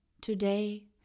today